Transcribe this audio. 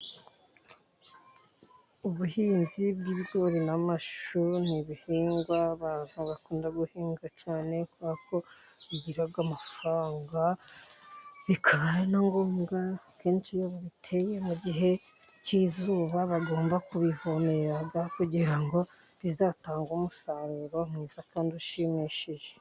Ubuhinzi bw'ibigori n'amashu ni ibihingwa abantu bakunda guhinga cyane, kubera ko bigira amafaranga, bikaba ari na ngombwa kenshi iyo babiteye mu gihe cy'izuba, bagomba kubivomerera kugira ngo bizatange umusaruro mwiza kandi ushimishije.